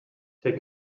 take